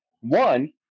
One